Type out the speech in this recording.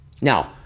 Now